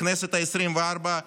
בכנסת העשרים-וארבע,